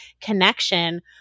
connection